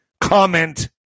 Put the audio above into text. comment